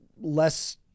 less